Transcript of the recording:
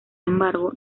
embargo